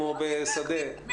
מועסקים.